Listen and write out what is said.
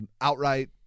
outright